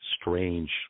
Strange